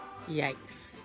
Yikes